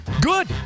Good